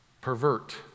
pervert